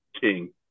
king